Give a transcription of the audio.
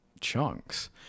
chunks